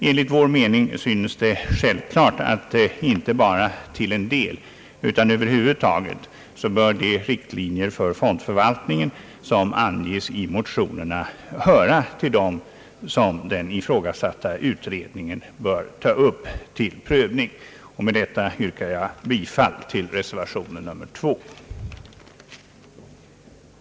Enligt vår mening synes det självklart att de riktlinjer för fondförvaltningen som anges i motionerna inte bara till en del utan över huvud taget bör höra till det som den ifrågasatta utredningen bör ta upp till prövning. Med detta kommer jag att yrka bifall till reservationen 2 vid bankoutskottets utlåtande nr 45.